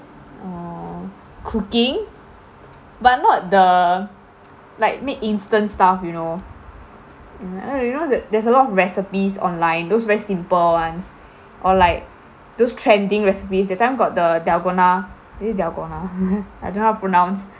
uh cooking but not the like make instant stuff you know um uh you know you know there's a lot recipes online those very simple ones or like those trending recipes that time got the dalgona is it dalgona I don't know how to pronounce